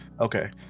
okay